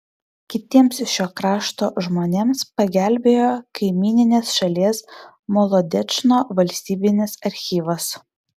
kitiems šio krašto žmonėms pagelbėjo kaimyninės šalies molodečno valstybinis archyvas